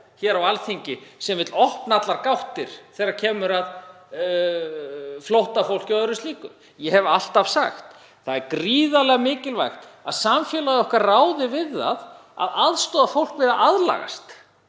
hér á Alþingi sem vill opna allar gáttir þegar kemur að flóttafólki og öðru slíku. Ég hef alltaf sagt: Það er gríðarlega mikilvægt að samfélag okkar ráði við að aðstoða fólk við að aðlagast.